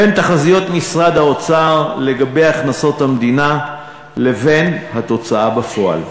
בין תחזיות משרד האוצר לגבי הכנסות המדינה לבין התוצאה בפועל.